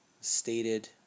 stated